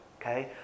okay